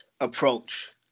approach